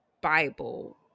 Bible